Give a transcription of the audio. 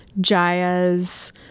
Jaya's